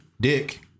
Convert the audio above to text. Dick